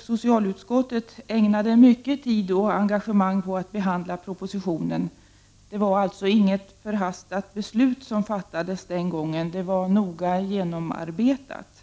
Socialutskottet ägnade mycket tid och engagemang åt att behandla propositionen. Det var således inget förhastat beslut som fattades den gången, utan det var noga genomarbetat.